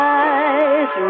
eyes